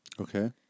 Okay